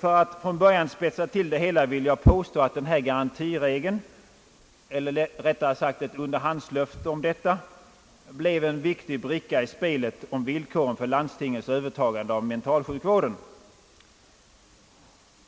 För att från början spetsa till det hela vill jag påstå att denna garantiregel, eller rättare sagt ett underhandslöfte om den, blev en viktig bricka om villkoren för landstingens övertagande av mentalsjukvården.